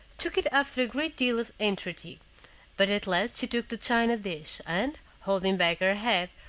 took it after a great deal of entreaty but at last she took the china dish, and, holding back her head,